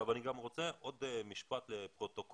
יכול להיות שלגבי עולים צריך